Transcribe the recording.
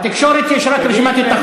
איך אפשר לקדם דיון בלי שיש לנו רשימה ביד?